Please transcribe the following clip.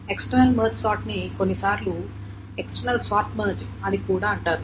external merge sort ని కొన్నిసార్లు external sort merge అని కూడా అంటారు